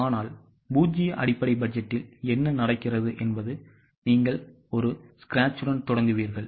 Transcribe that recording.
ஆனால் பூஜ்ஜிய அடிப்படை பட்ஜெட்டில் என்ன நடக்கிறது என்பது நீங்கள் ஒரு ஸ்கிராட்ச்டன் தொடங்குவீர்கள்